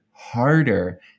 harder